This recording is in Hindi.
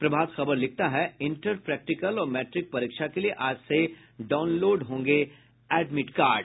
प्रभाात खबर लिखता है इंटर प्रैक्टिकल और मैट्रिक परीक्षा के लिए आज से डानलोड होंगे एडमिट कार्ड